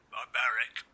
Barbaric